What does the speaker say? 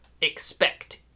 expect